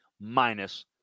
minus